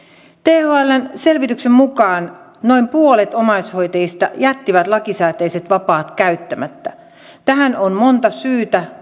thln selvityksen mukaan noin puolet omaishoitajista jätti lakisääteiset vapaat käyttämättä tähän on monta syytä